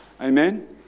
Amen